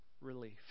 relief